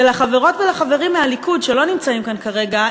ולחברות ולחברים מהליכוד שלא נמצאים כאן כרגע,